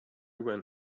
when